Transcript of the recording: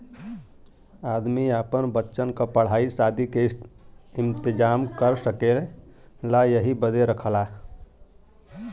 आदमी आपन बच्चन क पढ़ाई सादी के इम्तेजाम कर सकेला यही बदे रखला